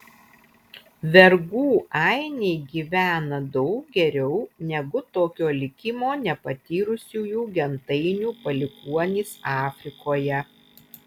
vergų ainiai gyvena daug geriau negu tokio likimo nepatyrusiųjų gentainių palikuonys afrikoje